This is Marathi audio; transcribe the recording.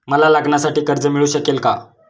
मला लग्नासाठी कर्ज मिळू शकेल का?